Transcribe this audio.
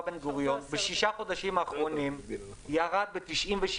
בן-גוריון בששת החודשים האחרונים ירד ב-97%.